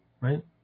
right